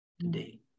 today